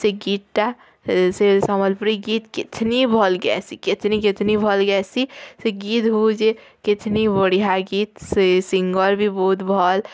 ସେ ଗୀତ୍ଟା ସେ ସମ୍ୱଲପୁରୀ ଗୀତ୍ କିତିନି ଭଲ୍ ଗ୍ୟାସି କିତିନି କିତିନି ଭଲ୍ ଗ୍ୟାସି ସେ ଗୀତ୍ ହଉଛି କିତିନି ବଢ଼ିଆ ଗୀତ୍ ସେ ସିଙ୍ଗର୍ ବି ବହୁତ୍ ଭଲ୍